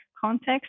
context